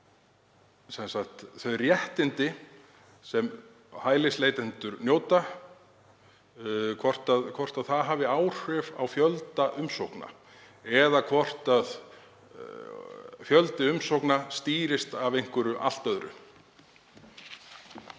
þau réttindi sem hælisleitendur njóta hafi áhrif á fjölda umsókna eða hvort fjöldi umsókna stýrist af einhverju allt öðru.